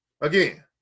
Again